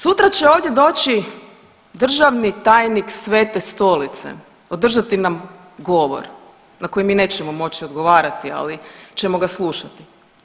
Sutra će ovdje doći državni tajnik Svete Stolice održati nam govor na kojem mi nećemo moći odgovarati, ali ćemo ga slušati.